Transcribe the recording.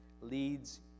leads